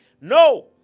No